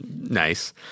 nice